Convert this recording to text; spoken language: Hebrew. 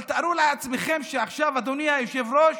אבל תארו לעצמכם עכשיו, אדוני היושב-ראש,